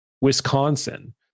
Wisconsin